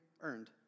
earned